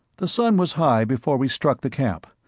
the sun was high before we struck the camp.